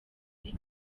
muri